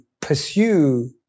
pursue